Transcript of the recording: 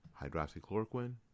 hydroxychloroquine